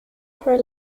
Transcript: her